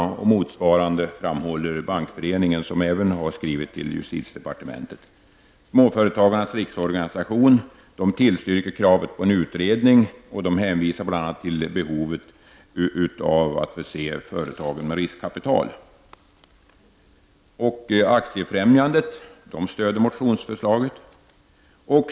Svenska Bankföreningen framhåller motsvarande, och man har även därifrån skrivit till justitiedepartementet. Småföretagens riksorganisation tillstyrker kravet på en utredning och hänvisar bl.a. till behovet av att förse företagen med riskkapital. Även Aktiefrämjandet stöder motionsförslaget.